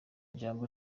ijambo